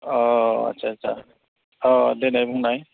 अ आच्चा आच्चा अ देनाय बुंनाय